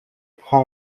prend